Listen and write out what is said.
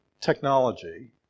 technology